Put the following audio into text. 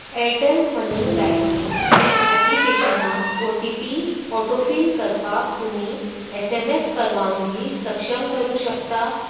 Airtel money banking ऍप्लिकेशनाक O T P auto fill करपाक तुमी एस एम एस परवांगी सक्षम करूंक शकता